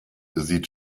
sieht